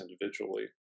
individually